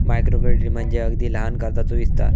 micro credit म्हणजे अगदी लहान कर्जाचो विस्तार